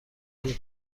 روی